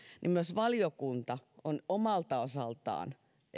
myös valiokunta on omalta osaltaan